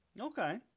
Okay